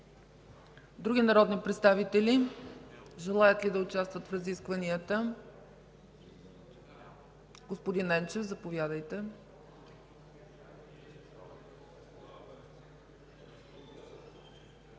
Други народни представители желаят ли да участват в разискванията? Господин Енчев, заповядайте. ВЕЛИЗАР